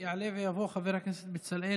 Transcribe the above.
יעלה ויבוא חבר הכנסת בצלאל